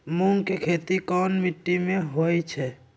मूँग के खेती कौन मीटी मे होईछ?